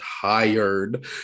tired